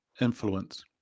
influence